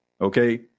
Okay